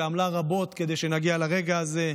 שעמלה רבות כדי שנגיע לרגע הזה.